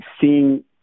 seeing